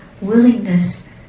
willingness